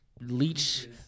Leech